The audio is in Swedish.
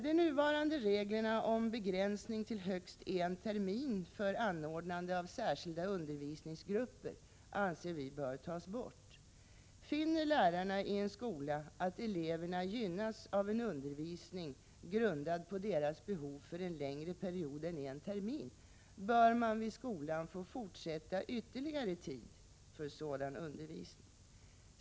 De nuvarande reglerna om begränsning till högst en termin för anordnande av särskilda undervisningsgrupper anser vi bör tas bort. Finner lärarna ien skola att eleverna gynnas av en undervisning grundad på deras behov för längre period än en termin, bör man vid skolan få fortsätta ytterligare tid för sådan undervisning.